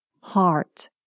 heart